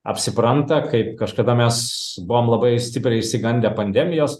apsipranta kaip kažkada mes buvom labai stipriai išsigandę pandemijos